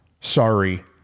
sorry